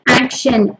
action